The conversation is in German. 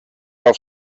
auf